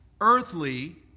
earthly